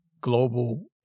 Global